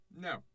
No